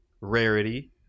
rarity